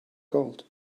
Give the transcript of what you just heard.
gold